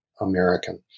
American